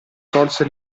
tolse